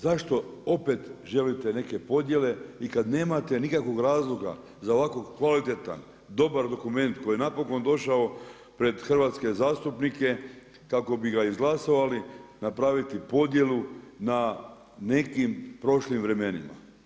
Zašto opet želite neke podjele i kada nemate nikakvog razloga za ovako kvalitetan dobar dokument koji je napokon došao pred hrvatske zastupnike kako bi ga izglasovali, napraviti podjelu na nekim prošlim vremenima.